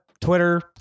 Twitter